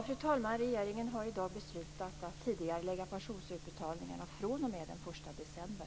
Fru talman! Regeringen har i dag beslutat att tidigarelägga pensionsutbetalningarna fr.o.m. den 1 december.